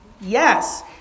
Yes